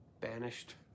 banished